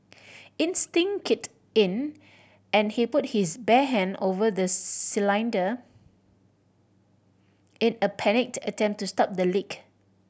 instinct kicked in and he put his bare hand over the cylinder in a panicked attempt to stop the leak